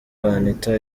anita